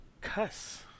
cuss